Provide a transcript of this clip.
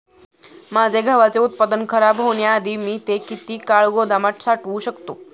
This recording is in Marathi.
माझे गव्हाचे उत्पादन खराब होण्याआधी मी ते किती काळ गोदामात साठवू शकतो?